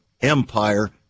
empire